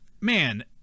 Man